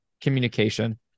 communication